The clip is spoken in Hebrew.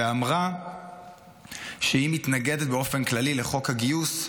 ואמרה שהיא מתנגדת באופן כללי לחוק הגיוס,